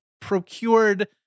procured